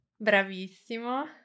Bravissimo